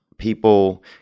People